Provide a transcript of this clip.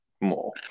more